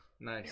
Nice